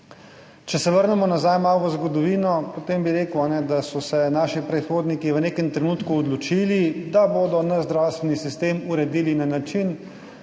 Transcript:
Če se vrnemo malo v zgodovino, potem bi rekel, da so se naši predhodniki v nekem trenutku odločili, da bodo naš zdravstveni sistem uredili na način,